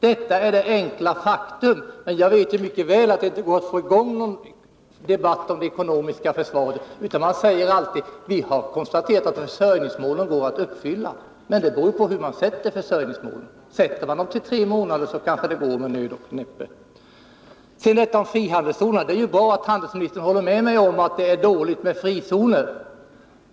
Detta är det enkla faktumet, men jag vet ju mycket väl att det inte går att få i gång någon debatt om det ekonomiska försvaret, för man säger alltid: Vi har konstaterat att försörjningsmålen går att uppfylla. Men det beror ju på hur man sätter försörjningsmålen. Sätter man dem till tre månader, så kanske det går med nöd och näppe. Så till frågan om frizonerna. Det är ju bra att handelsministern håller med mig om att systemet med frizoner är dåligt.